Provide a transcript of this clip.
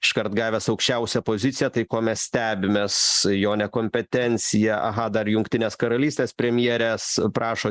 iškart gavęs aukščiausią poziciją tai ko mes stebimės jo nekompetencija aha dar jungtinės karalystės premjerės prašo